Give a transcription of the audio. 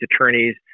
attorneys